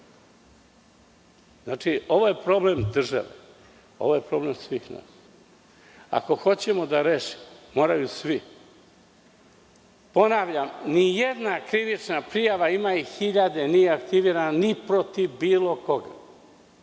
mora. Ovo je problem države. Ovo je problem svih nas. Ako hoćemo da rešimo, moraju svi. Ponavljam – nijedna krivična prijava, a ima ih hiljade, nije aktivirana ni protiv bilo koga.